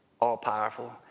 all-powerful